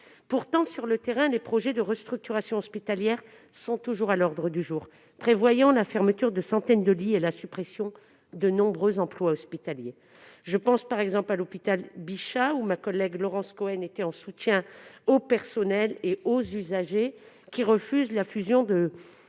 pourtant, les projets de restructuration hospitalière sont toujours à l'ordre du jour, prévoyant la fermeture de centaines de lits et la suppression de nombreux emplois hospitaliers. J'ai à l'esprit l'exemple de l'hôpital Bichat, où ma collègue Laurence Cohen s'est rendue pour soutenir les personnels et les usagers qui refusent sa fusion